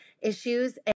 issues